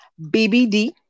BBD